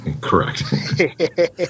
correct